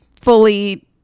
fully